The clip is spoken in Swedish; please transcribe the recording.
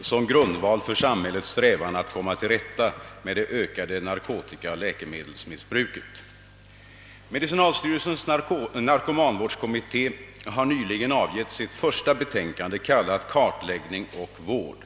som grundval för samhällets strävan att komma till rätta med det ökande narkotikaoch läkemedelsmissbruket. Medicinalstyrelsens narkomanvårdskommitté har nyligen avgett sitt första betänkande, kallat Kartläggning och vård.